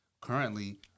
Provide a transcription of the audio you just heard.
currently –